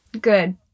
good